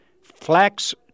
flax